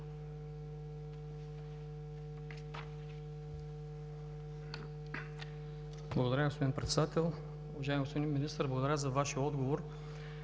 Благодаря, господин Председател. Уважаеми господин Министър, благодаря за Вашия отговор.